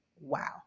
wow